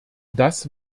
das